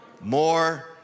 More